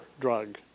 drug